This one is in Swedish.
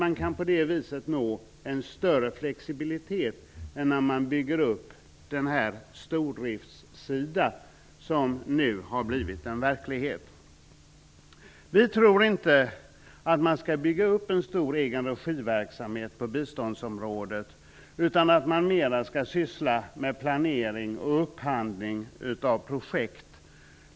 Man kan på det viset nå en större flexibilitet än när man bygger den stordrift som nu har blivit en verklighet. Vi tror inte på att man bör bygga upp en stor egenregiverksamhet på biståndsområdet utan menar att man mera skall syssla med planering och upphandling av projekt.